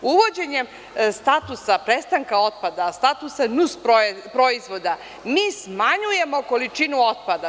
Uvođenjem statusa prestanka otpada, statusa nus proizvoda, mi smanjujemo količinu otpada.